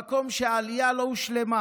במקום שהעלייה לא הושלמה.